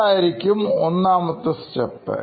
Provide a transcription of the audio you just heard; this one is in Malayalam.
എന്തായിരിക്കും ഒന്നാമത്തെ സ്റ്റെപ്പ്